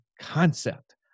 concept